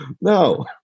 no